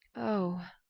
oh!